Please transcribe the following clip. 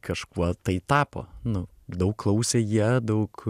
kažkuo tai tapo nu daug klausė jie daug